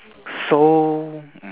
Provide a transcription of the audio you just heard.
so mm